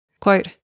Quote